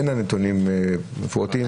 אין לה נתונים מפורטים.